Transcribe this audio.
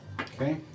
Okay